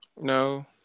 No